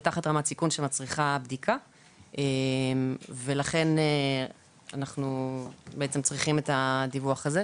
זה תחת רמת סיכון שמצריכה בדיקה ולכן אנחנו צריכים את הדיווח הזה.